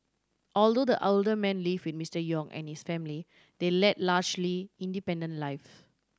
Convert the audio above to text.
although the older man live with Mister Yong and his family they led largely independent lives